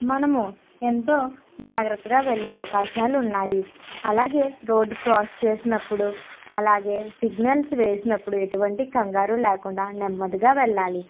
మనము ఎంతో జాగ్రత్తగా వెళ్ళే అవకాశాలు ఉన్నాయి అలాగే రోడ్డ్ క్రాస్ చేసినప్పుడు అలాగే సిగ్నల్స్ వేసినప్పుడు ఎటువంటి కంగారు లేకుండా నెమ్మదిగా వెళ్ళాలి